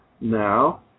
now